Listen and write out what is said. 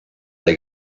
alle